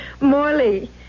Morley